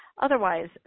Otherwise